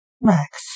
Max